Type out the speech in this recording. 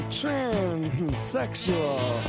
transsexual